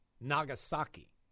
Nagasaki